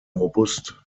robust